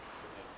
good lah